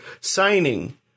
signing